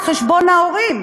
על חשבון ההורים,